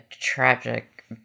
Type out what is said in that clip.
tragic